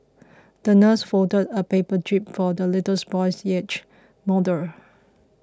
the nurse folded a paper jib for the little boy's yacht model